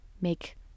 make